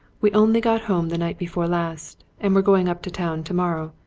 we only got home the night before last, and we're going up to town tomorrow,